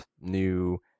new